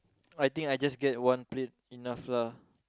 I think I just get one plate enough lah